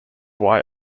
why